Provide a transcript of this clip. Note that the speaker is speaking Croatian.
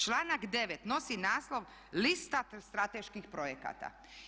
Članak 9. nosi naslov lista strateških projekata.